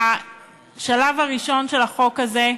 בשלב הראשון של החוק הזה,